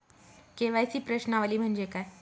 KYC प्रश्नावली म्हणजे काय?